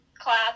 class